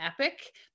epic